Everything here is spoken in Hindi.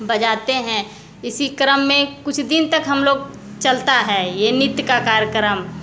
बजाते हैं इसी क्रम में कुछ दिन तक हम लोग चलता है ये नृत्य का कार्यक्रम